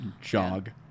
jog